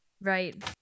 right